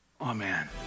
Amen